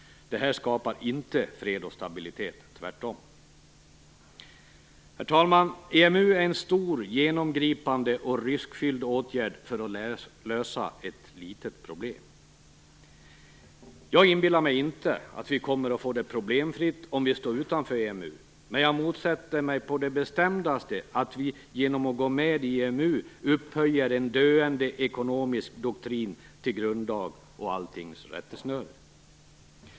Detta skapar inte fred och stabilitet - tvärtom. Herr talman! EMU är en stor, genomgripande och riskfylld åtgärd för att lösa ett litet problem. Jag inbillar mig inte att vi kommer att få det problemfritt, om vi står utanför EMU, men jag motsätter mig på det bestämdaste att vi genom att gå med i EMU upphöjer en döende ekonomisk doktrin till grundlag och alltings rättesnöre.